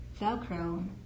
Velcro